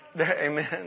Amen